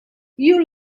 you